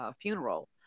funeral